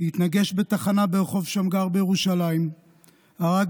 והתנגש בתחנה ברחוב שמגר בירושלים והרג